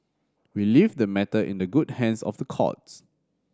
we leave the matter in the good hands of the courts